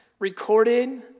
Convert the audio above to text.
recorded